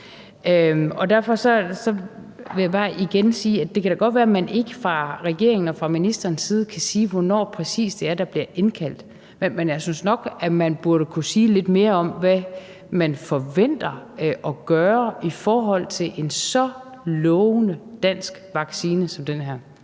og fra ministerens side kan sige, præcis hvornår det er, at der bliver indkaldt. Men jeg synes nok, at man burde kunne sige lidt mere om, hvad man forventer at gøre i forhold til en så lovende dansk vaccine